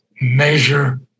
measure